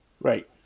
Right